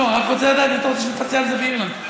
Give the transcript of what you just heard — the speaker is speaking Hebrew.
אתה רוצה שאני אפצה באירלנד?